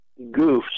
goofs